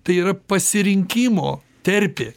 tai yra pasirinkimo terpė